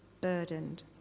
burdened